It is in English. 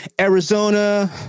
Arizona